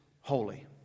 holy